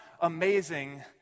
amazing